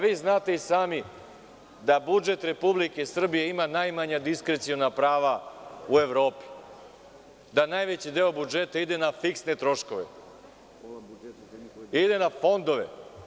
Vi znate i sami da budžet Republike Srbije ima najmanja diskreciona prava u Evropi, da najveći deo budžeta ide na fiksne troškove, da ide na fondove.